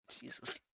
Jesus